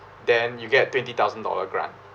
then you get twenty thousand dollar grant